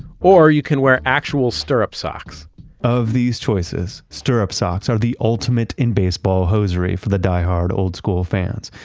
or you can wear actual stirrup socks of these choices, stirrup socks are the ultimate in baseball hosiery for the die hard, old school fans.